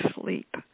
sleep